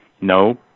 No